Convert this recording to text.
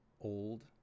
Old